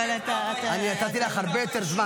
ומי שניסה לחשוף את השחיתות הזאת נרדף,